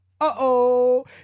uh-oh